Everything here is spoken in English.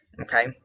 okay